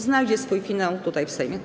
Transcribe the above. Znajdzie swój finał tutaj, w Sejmie.